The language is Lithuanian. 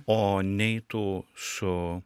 o neitų su